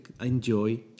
enjoy